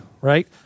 right